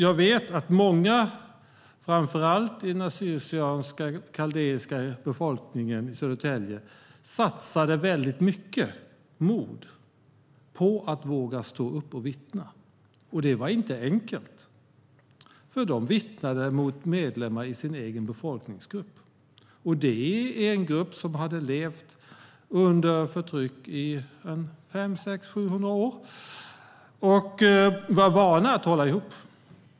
Jag vet att många, framför allt i den assyrisk/syrianska och kaldeiska befolkningen i Södertälje, satsade väldigt mycket mod på att våga stå upp och vittna. Det var inte enkelt eftersom de vittnade mot medlemmar i sin egen befolkningsgrupp. Det är en grupp som har levt under förtryck under 500, 600 eller 700 år. Denna befolkningsgrupp var van att hålla ihop.